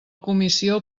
comissió